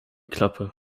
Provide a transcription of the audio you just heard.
klappe